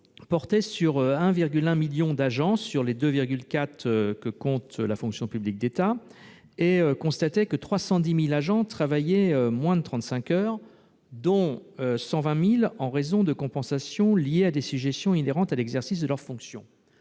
portait sur 1,1 million d'agents, parmi les 2,4 millions que compte la fonction publique de l'État. Il constatait que 310 000 agents travaillaient moins de 35 heures par semaine, dont 120 000 en raison de compensations liées à des sujétions inhérentes à l'exercice de leurs fonctions.